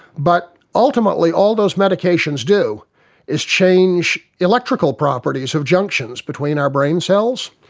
but ultimately all those medications do is change electrical properties of junctions between our brain cells.